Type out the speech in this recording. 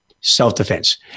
Self-defense